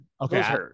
Okay